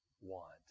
want